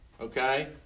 Okay